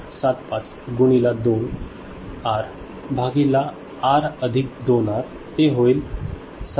6875 गुणिले 2 आर भागिले आर अधिक 2 आर ते होईल 6